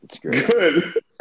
Good